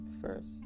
first